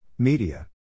Media